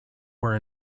were